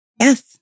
Yes